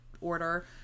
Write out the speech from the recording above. order